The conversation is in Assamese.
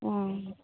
অঁ